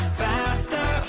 faster